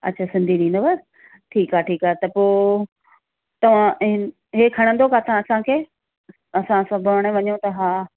अच्छा सिन्धी ॾींदुव ठीकु आहे ठीकु आहे त पोइ तव्हां हिन ही खणंदव किथां असांखे असां सभु हाणे वञूं था हा